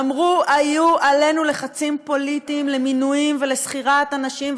אמרו: היו עלינו לחצים פוליטיים למינוי ולשכירת אנשים,